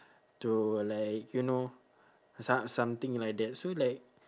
to like you know some~ something like that so like